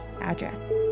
address